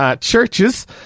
Churches